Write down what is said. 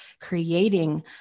creating